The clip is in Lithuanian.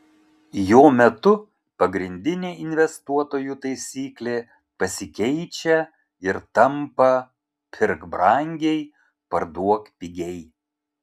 jo metu pagrindinė investuotojų taisyklė pasikeičia ir tampa pirk brangiai parduok pigiai